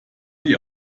die